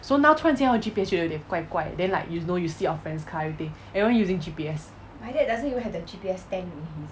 so now 突然间用 G_P_S 就有点怪怪的 then like you know you see your friends car everything everyone using G_P_S